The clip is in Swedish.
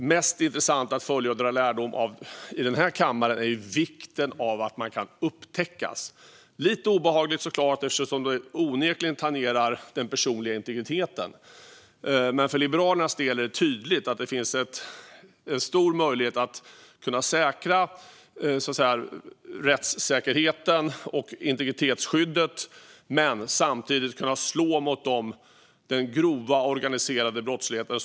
Mest intressant att följa och dra lärdom av i den här kammaren är vikten av att man kan upptäckas. Det är såklart lite obehagligt eftersom det onekligen tangerar den personliga integriteten, men för Liberalernas del är det tydligt att det finns en stor möjlighet att säkra rättssäkerheten och integritetsskyddet men samtidigt kunna slå mot den grova organiserade brottsligheten.